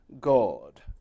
God